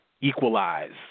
equalize